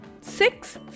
six